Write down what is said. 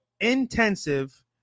intensive